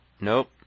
nope